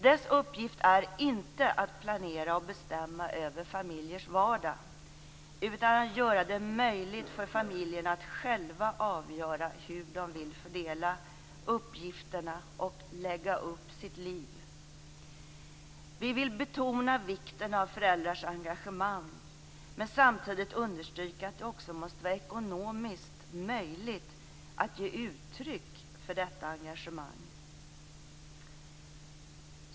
Dess uppgift är inte att planera och bestämma över familjers vardag, utan att göra det möjligt för familjen att själv avgöra hur man vill fördela uppgifterna och lägga upp sitt liv. Vi vill betona vikten av föräldrars engagemang, men samtidigt understryka att det också måste vara ekonomiskt möjligt att ge uttryck för detta engagemang.